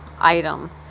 item